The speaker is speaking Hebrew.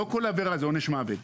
לא כל עבירה זה עונש מוות,